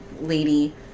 lady